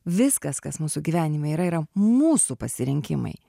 viskas kas mūsų gyvenime yra yra mūsų pasirinkimai